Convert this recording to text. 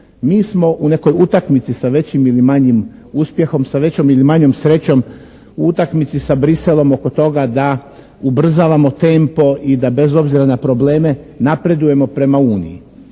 Mi smo u nekoj utakmici sa većim ili manjim uspjehom, sa većom ili manjom srećom, u utakmici sa Bruxellesom oko toga da ubrzavamo tempo i da bez obzira na probleme napredujemo prema Uniji.